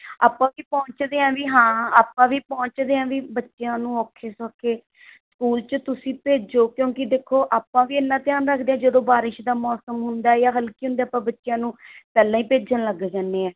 ਆਪਾਂ ਵੀ ਪੁਹੰਚਦੇ ਹਾਂ ਵੀ ਹਾਂ ਆਪਾਂ ਵੀ ਪਹੁੰਚਦੇ ਹਾਂ ਵੀ ਬੱਚਿਆਂ ਨੂੰ ਔਖੇ ਸੌਖੇ ਸਕੂਲ 'ਚ ਤੁਸੀਂ ਭੇਜੋ ਕਿਉਂਕਿ ਦੇਖੋ ਆਪਾਂ ਵੀ ਐਨਾ ਧਿਆਨ ਰੱਖਦੇ ਹਾਂ ਜਦੋਂ ਬਾਰਿਸ਼ ਦਾ ਮੌਸਮ ਹੁੰਦਾ ਹੈ ਜਾਂ ਹਲਕੀ ਹੁੰਦਾ ਆਪਾਂ ਬੱਚਿਆਂ ਨੂੰ ਪਹਿਲਾਂ ਹੀ ਭੇਜਣ ਲੱਗ ਜਾਂਦੇ ਹਾਂ